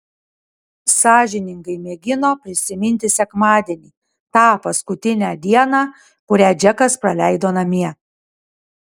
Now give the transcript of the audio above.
sąžiningai mėgino prisiminti sekmadienį tą paskutinę dieną kurią džekas praleido namie